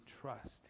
trust